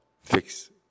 fix